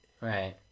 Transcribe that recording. Right